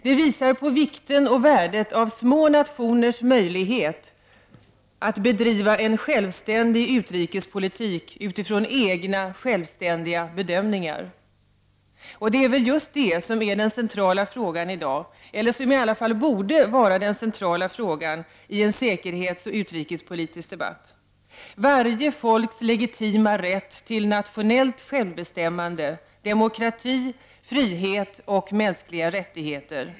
Det visar på vikten och värdet av små nationers möjligheter att bedriva en självständig utrikespolitik, utifrån egna självständiga bedömningar. Det är väl just det som är den centrala frågan i dag, eller som i alla fall borde vara den centrala frågan i en säkerhetsoch utrikespolitisk debatt. Det handlar alltså om varje folks legitima rätt till nationellt självbestämmande, om demokrati, om frihet och om mänskliga rättigheter.